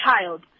child